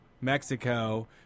Mexico